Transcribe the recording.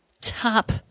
top